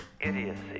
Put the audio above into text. Idiocy